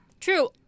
True